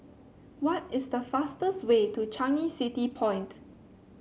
what is the fastest way to Changi City Point